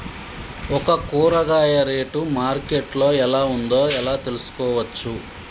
ఒక కూరగాయ rate market లో ఎలా ఉందో ఎలా తెలుసుకోవచ్చు?